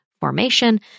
formation